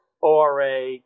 ORA